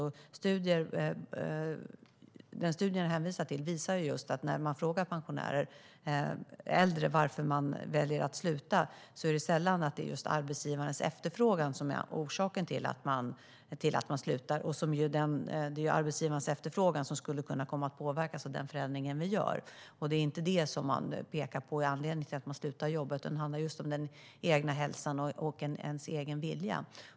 Den studie som jag hänvisar till visar just att orsaken till att äldre väljer att sluta inte är arbetsgivarens efterfrågan. Det är arbetsgivarens efterfrågan som skulle kunna komma att påverkas av den förändring vi gör, men det är inte det som pekas ut som anledningen till att man slutar jobba, utan det handlar om den egna hälsan och ens egen vilja.